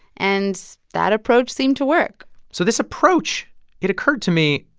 and that approach seemed to work so this approach it occurred to me,